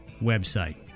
website